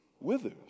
withers